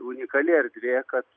unikali erdvė kad